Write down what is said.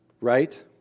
right